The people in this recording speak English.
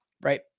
right